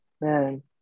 man